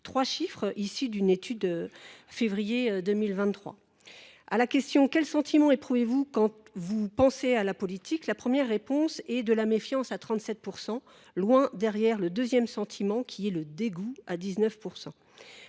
trois chiffres provenant d’une étude de février 2023. À la question « Quel sentiment éprouvez vous quand vous pensez à la politique ?», la première réponse est « De la méfiance », à 37 %, loin devant le deuxième sentiment, qui est « Du dégoût », à 19 %.